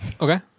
Okay